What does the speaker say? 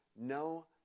no